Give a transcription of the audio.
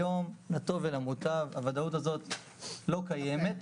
היום, לטוב ולמוטב, הוודאות הזאת לא קיימת,